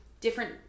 different